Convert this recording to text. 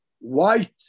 white